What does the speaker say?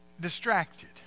distracted